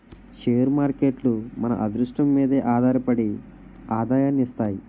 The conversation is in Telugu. షేర్ మార్కేట్లు మన అదృష్టం మీదే ఆధారపడి ఆదాయాన్ని ఇస్తాయి